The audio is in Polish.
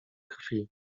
krwi